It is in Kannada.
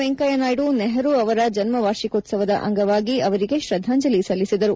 ವೆಂಕಯ್ಯನಾಯ್ಯು ನೆಹರು ಅವರ ಜನ್ಮ ವಾರ್ಷಿಕೋತ್ಸವದ ಅಂಗವಾಗಿ ಅವರಿಗೆ ಶ್ರದ್ದಾಂಜಲಿ ಸಲ್ಲಿಸಿದರು